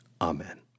Amen